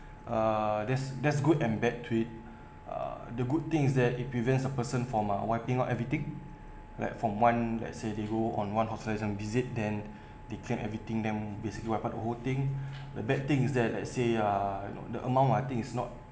uh there's there's good and bad to it uh the good thing is that it prevents a person from uh wiping out everything like from one let's say they go on one office and visit then they claim everything then basically wipe out the whole thing the bad thing is that let's say uh the amount I think is not